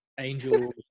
Angel